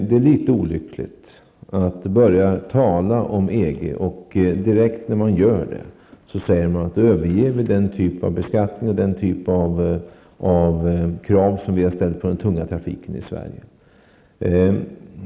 Det är litet olyckligt att samtidigt som man talar om EG förhandlingarna direkt säga att vi kommer att överge den typ av beskattning och krav som vi har haft på den tunga trafiken i Sverige.